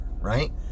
right